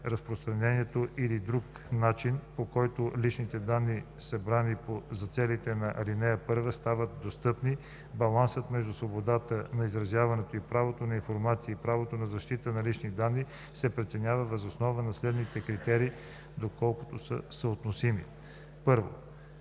разпространяване или друг начин, по който лични данни, събрани за целите по ал. 1, стават достъпни, балансът между свободата на изразяване и правото на информация и правото на защита на личните данни се преценява въз основа на следните критерии, доколкото са относими: 1.